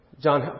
John